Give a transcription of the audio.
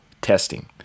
testing